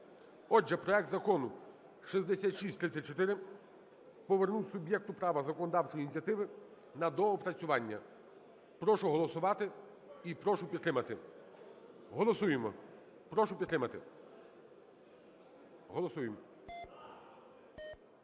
Отже, проект Закону 6634 повернути суб'єкту права законодавчої ініціативи на доопрацювання. Прошу голосувати і прошу підтримати. Голосуємо. Прошу підтримати. Голосуємо.